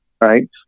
right